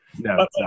No